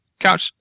couch